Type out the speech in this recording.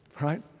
right